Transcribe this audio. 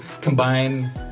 combine